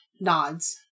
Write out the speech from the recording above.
nods